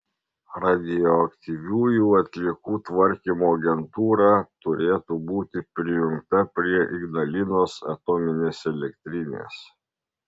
radioaktyviųjų atliekų tvarkymo agentūra turėtų būti prijungta prie ignalinos atominės elektrinės